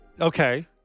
Okay